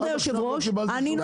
כבוד היושב-ראש, הנה אני נותנת לך.